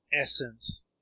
essence